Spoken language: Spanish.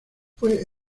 fue